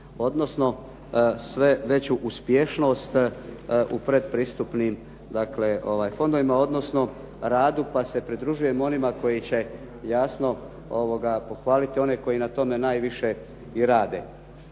Odnosno, sve veću uspješnost u pretpristupnim dakle fondovima, odnosno radu pa se pridružujem onima koji će jasno pohvaliti one koji na tome najviše i rade.